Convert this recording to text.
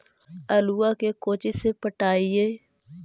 आलुआ के कोचि से पटाइए?